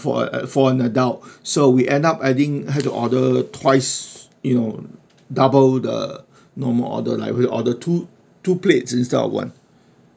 for uh for an adult so we end up adding had to order twice you know double the normal order like we ordered two two plates instead of one